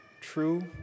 true